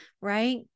right